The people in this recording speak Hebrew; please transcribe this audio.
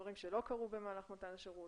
הדברים שלא קרו במהלך מתן השירות,